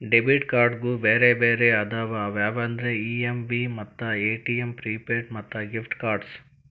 debit ಕ್ಯಾರ್ಡ್ನ್ಯಾಗು ಬ್ಯಾರೆ ಬ್ಯಾರೆ ಅದಾವ ಅವ್ಯಾವಂದ್ರ ಇ.ಎಮ್.ವಿ ಮತ್ತ ಎ.ಟಿ.ಎಂ ಪ್ರಿಪೇಯ್ಡ್ ಮತ್ತ ಗಿಫ್ಟ್ ಕಾರ್ಡ್ಸ್